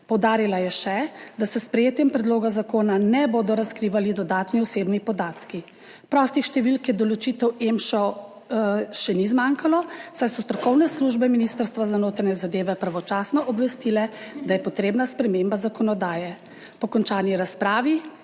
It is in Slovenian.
Poudarila je še, da se s sprejetjem predloga zakona ne bodo razkrivali dodatni osebni podatki. Prostih številk za določitev EMŠA še ni zmanjkalo, saj so strokovne službe Ministrstva za notranje zadeve pravočasno obvestile, da je potrebna sprememba zakonodaje. Po končani razpravi